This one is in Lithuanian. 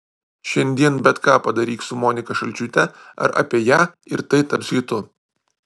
šiandien bet ką padaryk su monika šalčiūte ar apie ją ir tai taps hitu